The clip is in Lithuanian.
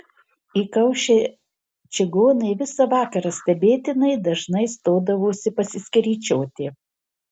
įkaušę čigonai visą vakarą stebėtinai dažnai stodavosi pasiskeryčioti